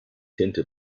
tinte